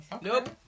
nope